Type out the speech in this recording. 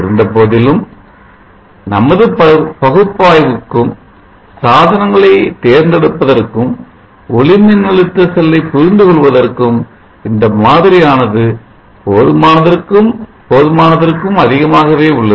இருந்தபோதிலும் நமது பகுப்பாய்விற்கும் சாதனங்களை தேர்ந்தெடுப்பதற்கும் ஒளிமின்னழுத்த செல்லை புரிந்துகொள்வதற்கும் இந்த மாதிரி ஆனது போதுமான தற்கும் அதிகமாகவே உள்ளது